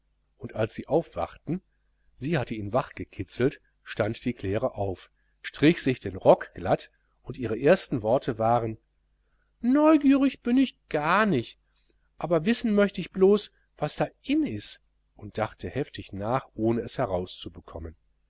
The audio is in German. und als sie aufwachten sie hatte ihn wachgekitzelt stand die claire auf strich sich den rock glatt und ihre ersten worte waren neugierig bün ich ganich aber wissen möcht ich bloß was da in is und dachte heftig nach ohne es herauszubekommen